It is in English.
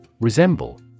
Resemble